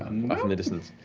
um the distance.